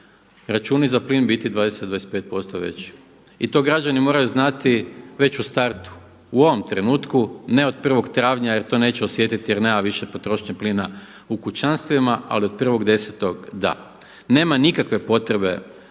računi za plin biti 20, 25% veći i to građani moraju znati već u startu u ovom trenutku, ne od 1. travnja jer to neće osjetiti jer nema više potrošnje plina u kućanstvima, ali od 1.10. da. Nema nikakve potrebe